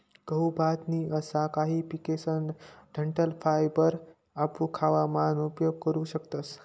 गहू, भात नी असा काही पिकेसकन डंठल फायबर आपू खावा मान उपयोग करू शकतस